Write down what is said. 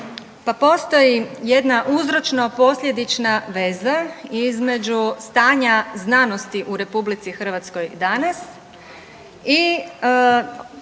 pa postoji jedna uzročno posljedična veza između stanja znanosti u RH danas i